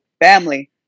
family